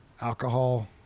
alcohol